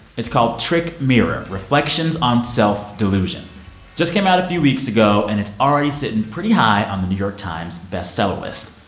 it's called trick mirror reflections on self-delusion. it just came out a few weeks ago, and it's already sitting pretty high on the new york times' bestseller list.